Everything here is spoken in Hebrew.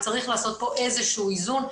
וצריך לעשות פה איזה איזון.